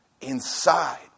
inside